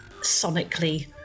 sonically